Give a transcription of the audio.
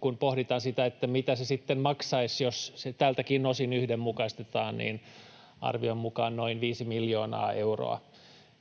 Kun pohditaan, mitä se sitten maksaisi, jos se tältäkin osin yhdenmukaistettaisiin, niin arvion mukaan se olisi noin viisi miljoonaa euroa —